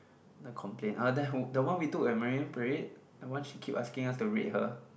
the complain ah then how the one we took at Marine Parade the one she keep us asking to rate her